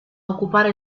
occupare